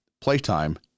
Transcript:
Playtime